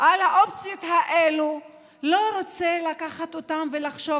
על האופציות האלו לא רוצה לקחת אותן ולחשוב